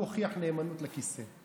הוא הוכיח נאמנות לכיסא.